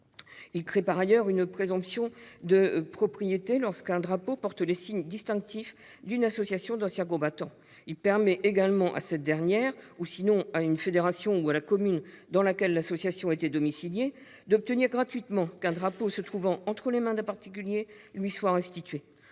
Il crée par ailleurs une présomption de propriété lorsqu'un drapeau porte les signes distinctifs d'une association d'anciens combattants. Il permet également à cette dernière, ou sinon à une fédération ou à la commune dans laquelle l'association était domiciliée, d'obtenir qu'un drapeau se trouvant entre les mains d'un particulier lui soit restitué